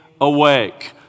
awake